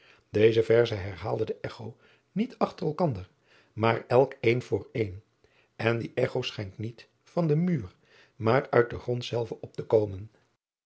eze verzen herhaalde de cho niet achter elkander maar elk een voor een en die cho schijnt niet van den muur maar uit den grond zelven op te komen